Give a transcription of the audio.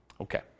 Okay